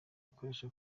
ikoresha